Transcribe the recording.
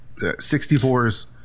64s